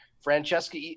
Francesca